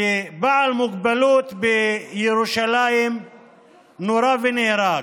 כי בעל מוגבלות בירושלים נורה ונהרג,